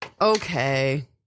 Okay